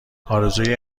آرزوی